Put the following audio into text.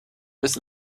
bis